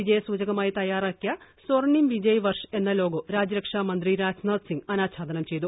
വിജയസൂചകമായി തയാറാക്കിയ സ്വർണിം വിജയ് വർഷ് എന്ന ലോഗോ രാജ്യരക്ഷാമന്ത്രി രാജ്നാഥ് സിംഗ് അനാച്ഛാദനം ചെയ്തു